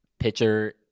Pitcher